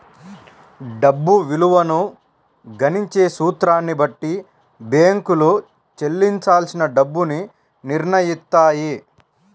డబ్బు విలువను గణించే సూత్రాన్ని బట్టి బ్యేంకులు చెల్లించాల్సిన డబ్బుని నిర్నయిత్తాయి